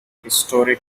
historic